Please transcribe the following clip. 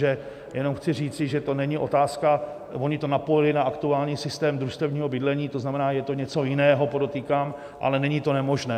Takže jenom chci říci, že to není to otázka oni to napojili na aktuální systém družstevního bydlení, to znamená, je to něco jiného, podotýkám, ale není to nemožné.